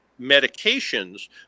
medications